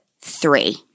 three